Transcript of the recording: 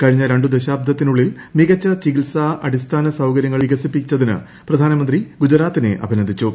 കഴിഞ്ഞ രണ്ടു ദശാബ്ദത്തിനുള്ളിൽ മികച്ച ചികിത്സ അടിസ്ഥാന സൌകര്യങ്ങൾ വികസിപ്പിച്ചതിന് പ്രധാനമന്ത്രി ഗുജറാത്തിനെ അഭിനന്ദിച്ചു